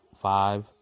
five